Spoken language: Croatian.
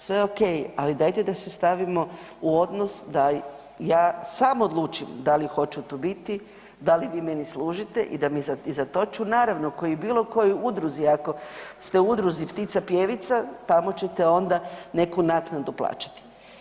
Sve ok, ali dajte da se stavimo u odnos da ja sam odlučim da li hoću tu biti, da li vi meni služite i za to ću naravno kao i u bilo kojoj udruzi ako ste u udruzi ptica pjevica tamo ćete onda neku naknadu plaćati.